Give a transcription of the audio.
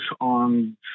on